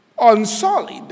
unsolid